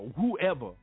Whoever